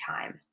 time